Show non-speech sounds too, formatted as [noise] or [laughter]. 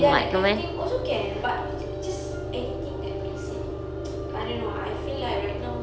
ya that kind of thing also can but just anything that makes it [noise] I don't know I feel like right now